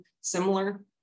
similar